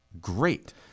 great